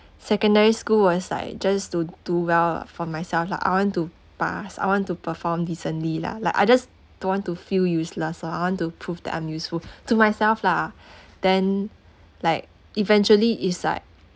secondary school was like just to do well for myself lah I want to pass I want to perform decently lah like I just don't want to feel useless ah I want to prove that I'm useful to myself lah then like eventually it's like